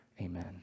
Amen